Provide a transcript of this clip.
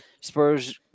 Spurs